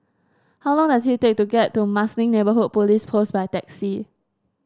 how long does it take to get to Marsiling Neighbourhood Police Post by taxi